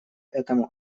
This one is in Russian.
этому